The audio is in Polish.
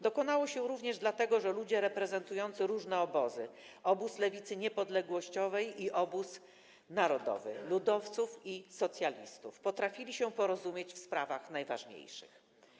Dokonało się również dlatego, że ludzie, reprezentujący różne obozy - obóz lewicy niepodległościowej i obóz narodowy, ludowców i socjalistów - potrafili się porozumieć w sprawach najważniejszych.